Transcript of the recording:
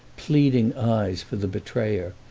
pleading eyes for the betrayer,